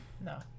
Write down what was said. No